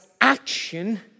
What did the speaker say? action